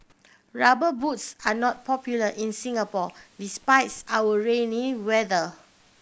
Rubber Boots are not popular in Singapore despites our rainy weather